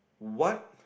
what